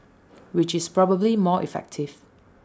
which is probably more effective